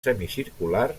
semicircular